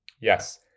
Yes